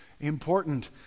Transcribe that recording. important